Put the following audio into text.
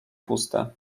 puste